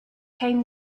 came